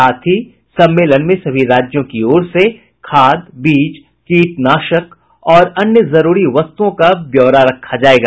साथ ही सम्मेलन में सभी राज्यों की ओर से खाद बीज कीटनाशक और अन्य जरूरी वस्तुओं का ब्यौरा रखा जायेगा